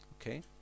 Okay